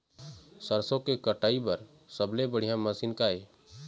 सरसों के कटाई बर सबले बढ़िया मशीन का ये?